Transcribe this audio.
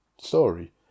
story